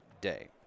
day